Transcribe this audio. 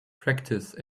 practice